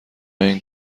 این